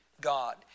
God